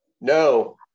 No